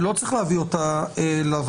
ולא צריך להביא אותה לוועדה.